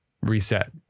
Reset